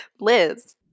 Liz